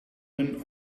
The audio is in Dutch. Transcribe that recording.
hun